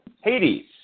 Hades